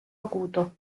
acuto